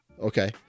okay